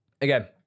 again